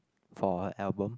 for her album